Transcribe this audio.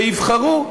ויבחרו,